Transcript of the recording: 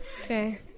Okay